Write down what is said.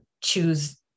choose